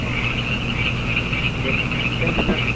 औ औ दे सार टेंकिउ सार